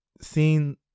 seeing